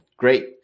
great